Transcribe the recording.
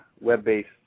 web-based